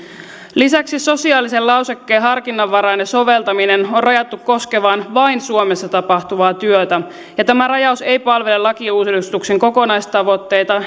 lisäksi sosiaalisen lausekkeen harkinnanvarainen soveltaminen on rajattu koskemaan vain suomessa tapahtuvaa työtä ja tämä rajaus ei palvele lakiuudistuksen kokonaistavoitteita